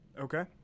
Okay